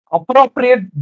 Appropriate